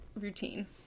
routine